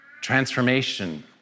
transformation